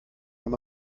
wenn